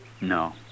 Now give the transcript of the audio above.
No